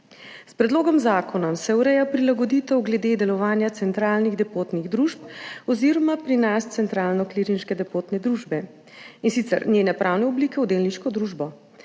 S predlogom zakona se ureja prilagoditev glede delovanja centralnih depotnih družb oziroma pri nas Centralne klirinške depotne družbe, in sicer njene pravne oblike v delniško družbo.